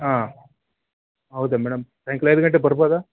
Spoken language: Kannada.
ಆಂ ಹೌದಾ ಮೇಡಮ್ ಸಾಯಂಕಾಲ ಐದು ಗಂಟೆಗೆ ಬರ್ಬೋದಾ